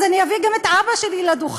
אז אביא גם את אבא שלי לדוכן.